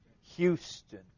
Houston